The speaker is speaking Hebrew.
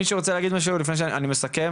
מישהו רוצה להגיד משהו לפני שאני מסכם,